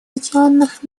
объединенных